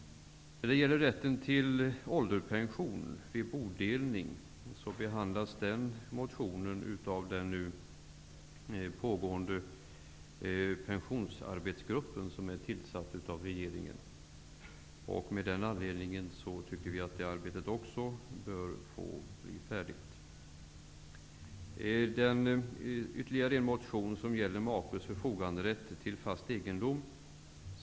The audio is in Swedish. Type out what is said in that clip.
När det gäller rätten till ålderspension vid bodelning, som tas upp i motionen, behandlas frågan av den nu arbetande pensionsarbetsgrupp som är tillsatt av regeringen. Vi anser att även detta arbete bör få bli färdigt. Det finns ytterligare en motion. Den gäller makes förfoganderätt till fast egendom.